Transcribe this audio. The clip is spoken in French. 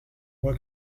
moi